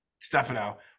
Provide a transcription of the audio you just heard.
stefano